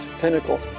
pinnacle